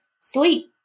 sleep